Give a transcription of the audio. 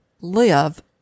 live